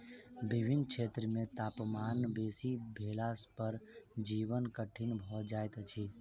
विभिन्न क्षेत्र मे तापमान बेसी भेला पर जीवन कठिन भ जाइत अछि